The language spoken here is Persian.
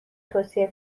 توصیه